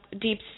deep